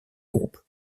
groupe